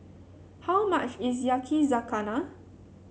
how much is Yakizakana